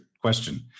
question